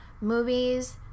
movies